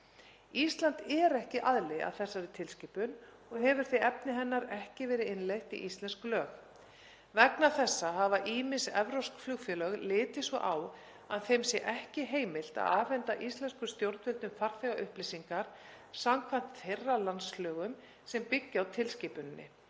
Ísland er ekki aðili að þessari tilskipun og hefur því efni hennar ekki verið innleitt í íslensk lög. Vegna þessa hafa ýmis evrópsk flugfélög litið svo á að þeim sé ekki heimilt að afhenda íslenskum stjórnvöldum farþegaupplýsingar samkvæmt þeirra landslögum sem byggja á tilskipuninni,